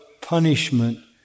punishment